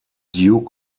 duke